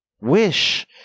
wish